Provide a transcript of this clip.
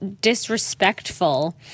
disrespectful